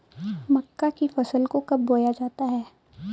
मक्का की फसल को कब बोया जाता है?